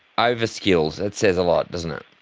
ah over-skilled. that says a lot, doesn't it.